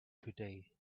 today